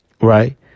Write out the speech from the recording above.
right